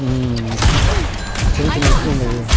சின்னச் சின்ன விஷயங்கள்